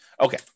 Okay